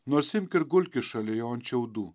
nors imk ir gulkis šalia jo ant šiaudų